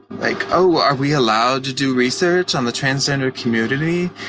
like, oh, are we allowed to do research on the transgender community?